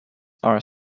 are